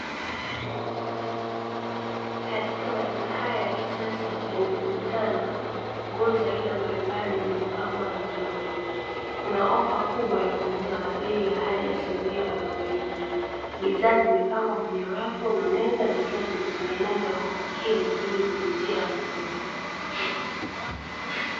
Katika maduka haya ya kisasa yanayojulikana, nguo za aina mbalimbali zimepangwa vizuri. Kuna ofa kubwa ya punguzo la bei ya hadi asilimia arobaini. Bidhaa zimepangwa kwenye rafu na meza zikiwa zimetengenezwa kwa umakini ili kuvutia wanunuzi.